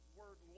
word